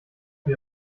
für